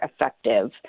effective